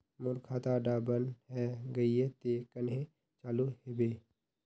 मोर खाता डा बन है गहिये ते कन्हे चालू हैबे?